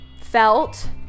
felt